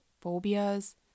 phobias